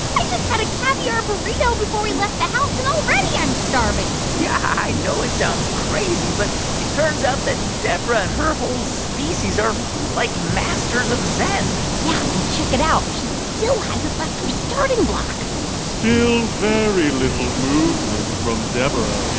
i just had a caviar burrito before we left the house, and already i'm starving yeah, i know it sounds crazy. but it turns out that deborah and her whole species are, like, masters of zen yeah and check it out. she still hasn't left her starting block still, very little movement from deborah here.